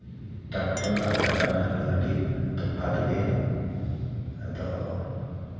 tractor ᱟᱨ ᱠᱟᱰᱟ ᱱᱟᱦᱮᱞ ᱫᱚ ᱟᱹᱰᱤ ᱛᱚᱯᱷᱟᱛ ᱜᱮᱭᱟ ᱟᱫᱚ